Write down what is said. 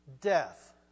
death